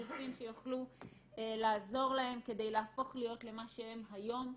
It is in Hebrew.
גופים שיוכלו לעזור להם כדי להפוך להיות למה שהם היום.